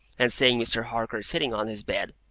and seeing mr. harker sitting on his bed,